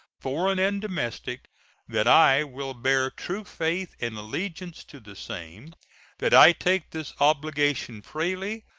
foreign and domestic that i will bear true faith and allegiance to the same that i take this obligation freely,